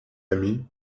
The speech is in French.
ami